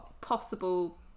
possible